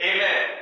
Amen